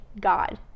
God